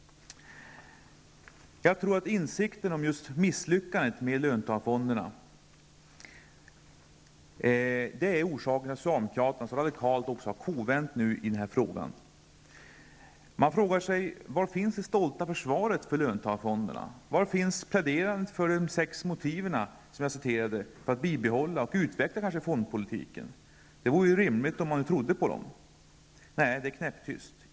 Jag tror att just insikten om misslyckandet med löntagarfonderna är orsaken till att socialdemokraterna så radikalt har kovänt i frågan. Var finns deras stolta försvar för löntagarfonderna? Var finns pläderandet för de sex motiven för att bibehålla och utveckla fondpolitiken? Det vore rimligt av socialdemokraterna att plädera för dem om man trodde på dem. I stället är det knäpptyst.